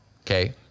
Okay